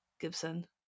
gibson